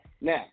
Now